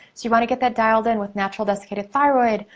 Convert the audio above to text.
so, you wanna get that dialed in with natural desiccated thyroid,